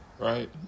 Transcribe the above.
right